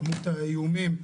כמות האיומים,